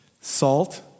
Salt